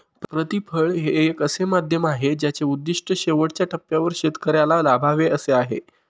प्रतिफळ हे एक असे माध्यम आहे ज्याचे उद्दिष्ट शेवटच्या टप्प्यावर शेतकऱ्याला लाभावे असे आहे